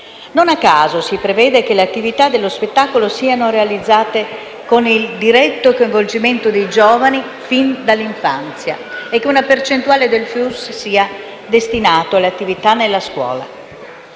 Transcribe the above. Non a caso si prevede che le attività dello spettacolo siano realizzate con il diretto coinvolgimento dei giovani fin dall'infanzia e che una percentuale dei flussi sia destinata alle attività nella scuola;